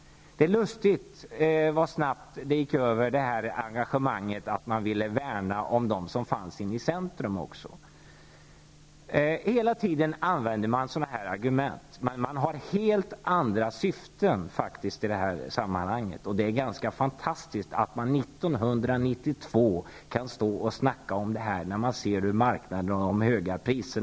Det är lustigt vad snabbt engagemanget att värna dem i centrum gick över. Hela tiden används sådana argument. Men syftena är helt annorlunda. Det är fantastiskt att 1992 kunna stå och snacka på det här sättet då det råder en marknad med dessa höga priser.